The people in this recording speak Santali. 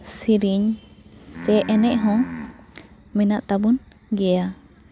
ᱥᱤᱨᱤᱧ ᱥᱮ ᱮᱱᱮᱡ ᱦᱚᱸ ᱢᱮᱱᱟᱜ ᱛᱟᱵᱚᱱ ᱜᱮᱭᱟ